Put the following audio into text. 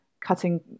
cutting